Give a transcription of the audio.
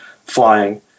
flying